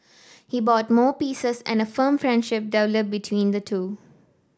he bought more pieces and a firm friendship developed between the two